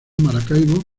maracaibo